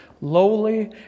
lowly